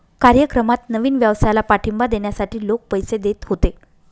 कार्यक्रमात नवीन व्यवसायाला पाठिंबा देण्यासाठी लोक पैसे देत होते